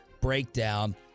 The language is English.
breakdown